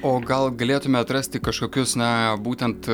o gal galėtume atrasti kažkokius na būtent